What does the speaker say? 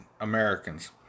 Americans